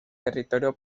territorio